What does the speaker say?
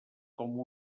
com